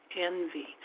envy